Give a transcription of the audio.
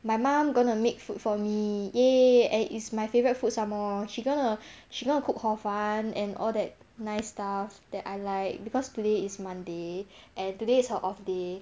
my mom gonna make food for me !yay! and it's my favourite food some more she gonna she gonna cook hor fun and all that nice stuff that I like because today is monday and today is her off day